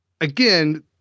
again